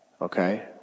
Okay